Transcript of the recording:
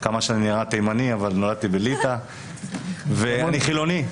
בליטא ואני חילוני.